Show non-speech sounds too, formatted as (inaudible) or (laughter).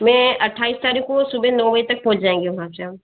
मैं अठाईस तारीख़ को सुबह नौ बजे तक पहुँच जाएँगे हम (unintelligible)